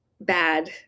bad